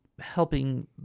helping